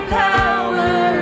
power